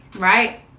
right